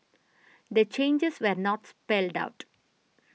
the changes were not spelled out